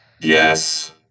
yes